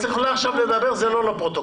את יכולה לדבר אבל זה לא לפרוטוקול.